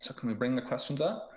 so can we bring the questions up?